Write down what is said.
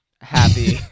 happy